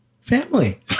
family